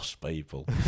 people